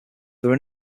there